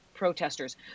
protesters